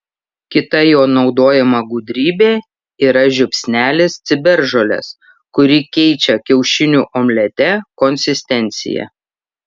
kita jo naudojama gudrybė yra žiupsnelis ciberžolės kuri keičia kiaušinių omlete konsistenciją